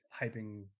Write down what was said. hyping